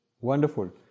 Wonderful